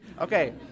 Okay